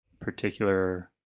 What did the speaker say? particular